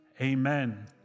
Amen